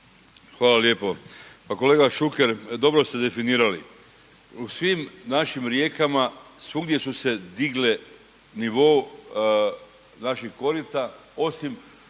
Hvala lijepo. Pa kolega Šuker dobro ste definirali, u svim našim rijekama svugdje su se digle nivo naših korita osim